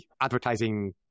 advertising